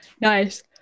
Nice